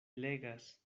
legas